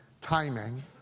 Timing